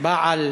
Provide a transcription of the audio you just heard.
בעל